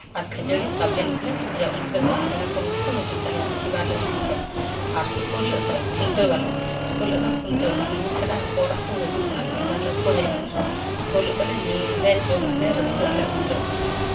ᱟᱨ ᱠᱷᱟᱹᱡᱟᱲᱤ ᱛᱟᱵᱮᱱ ᱠᱚᱞᱮ ᱯᱩᱡᱟᱹᱭᱟ ᱩᱱ ᱦᱤᱞᱳᱜ ᱫᱚ ᱯᱮᱲᱟ ᱯᱚᱨᱵᱷᱩ ᱠᱚ ᱦᱤᱡᱩᱜ ᱛᱟᱞᱮᱭᱟ ᱞᱚᱠᱠᱷᱤᱵᱟᱨ ᱦᱤᱞᱳᱜ ᱫᱤᱱ ᱫᱚ ᱟᱨ ᱥᱩᱠᱨᱚᱵᱟᱨ ᱦᱤᱞᱳᱜ ᱫᱚ ᱠᱷᱩᱱᱟᱹᱣ ᱟᱞᱮ ᱥᱩᱠᱚᱨ ᱵᱟᱨ ᱦᱤᱞᱳᱜ ᱫᱚ ᱠᱷᱩᱱᱴᱟᱹᱣ ᱢᱟᱱᱮ ᱢᱤᱥᱨᱟ ᱦᱚᱯᱚᱱ ᱮᱨᱟ ᱠᱚ ᱦᱤᱡᱩᱜ ᱠᱟᱱᱟ ᱞᱚᱠᱠᱷᱤ ᱵᱟᱨ ᱦᱤᱞᱳᱜ ᱨᱮᱠᱚ ᱦᱮᱡ ᱠᱟᱱᱟ ᱥᱩᱠᱨᱚ ᱵᱟᱨ ᱦᱤᱞᱳᱜ ᱫᱚ ᱧᱩᱭᱟᱞᱮ ᱡᱚᱢ ᱟᱞᱮ ᱨᱟᱹᱥᱠᱟᱹᱜ ᱟᱞᱮ ᱩᱱ ᱦᱤᱞᱳᱜ ᱫᱚ